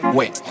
Wait